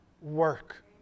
work